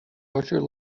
larger